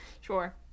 Sure